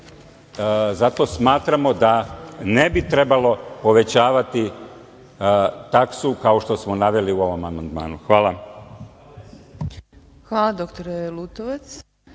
Zato smatramo da ne bi trebalo povećavati taksu, kao što smo naveli u ovom amandmanu. Hvala. **Marina